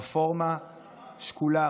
רפורמה שקולה,